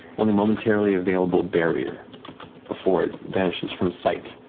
only momentarily available barrier before it vanishes from sight,